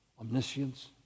Omniscience